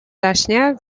zaśnie